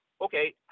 okay